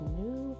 new